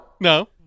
no